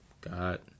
God